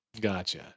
Gotcha